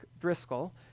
Driscoll